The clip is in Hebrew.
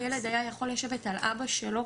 הילד היה יכול לשבת על אבא שלו